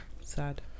Sad